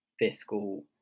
fiscal